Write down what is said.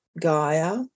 Gaia